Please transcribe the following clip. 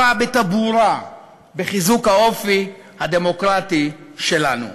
בטבורה בחיזוק האופי הדמוקרטי שלנו,